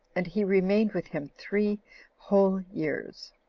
and he remained with him three whole years.